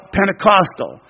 Pentecostal